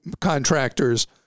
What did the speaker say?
contractors